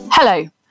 Hello